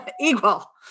equal